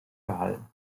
gehalten